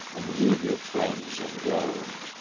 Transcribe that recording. and leave your friends and go.